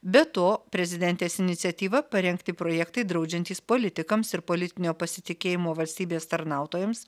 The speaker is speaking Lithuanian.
be to prezidentės iniciatyva parengti projektai draudžiantys politikams ir politinio pasitikėjimo valstybės tarnautojams